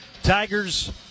Tigers